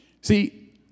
see